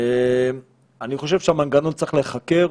חקירה אפידמיולוגית היא מרכז העניין ועליה צריך להוסיף שכבה נוספת